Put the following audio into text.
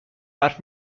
حرف